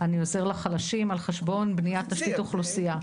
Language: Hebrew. אני עוזר לחלשים על חשבון בניית תשתית אוכלוסייה.